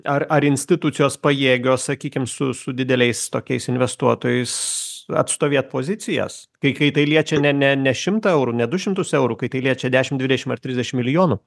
ar ar institucijos pajėgios sakykim su su dideliais tokiais investuotojais atstovėt pozicijas kai kai tai liečia ne ne ne šimtą eurų ne du šimtus eurų kai tai liečia dešim dvidešim ar trisdešim milijonų